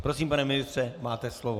Prosím, pane ministře, máte slovo.